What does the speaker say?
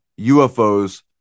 UFOs